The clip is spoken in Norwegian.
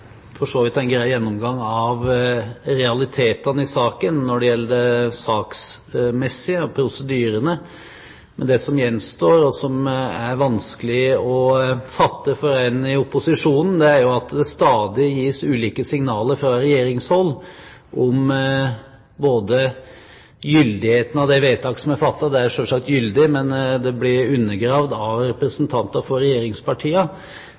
for så vidt en grei gjennomgang av realitetene i saken når det gjelder det saksmessige og prosedyrene. Men det som gjenstår, og som er vanskelig å fatte for en i opposisjonen, er at det stadig gis ulike signaler fra regjeringshold om gyldigheten av det vedtaket som er fattet. Det er selvsagt gyldig, men det blir undergravd av representanter for